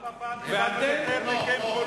גם הפעם קיבלנו יותר קולות מכם.